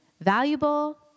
valuable